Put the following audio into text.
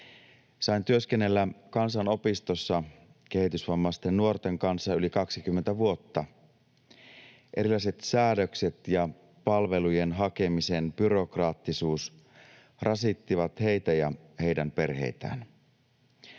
Sain työskennellä kansanopistossa kehitysvammaisten nuorten kanssa yli 20 vuotta. Erilaiset säädökset ja palvelujen hakemisen byrokraattisuus rasittivat heitä ja heidän perheitään.